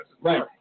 Right